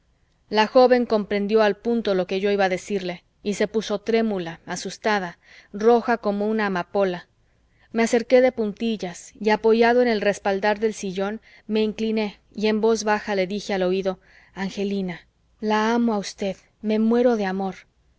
la joven comprendió al punto lo que iba yo a decirle y se puso trémula asustada roja como una amapola me acerqué de puntillas y apoyado en el respaldar del sillón me incliné y en voz baja le dije al oído angelina la amo a usted me muero de amor